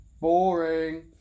Boring